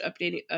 updating